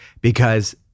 because-